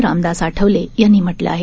रामदास आठवले यांनी म्हटलं आहे